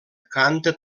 canta